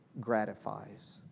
gratifies